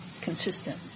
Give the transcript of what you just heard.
consistent